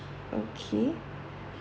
okay